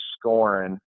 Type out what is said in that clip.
scoring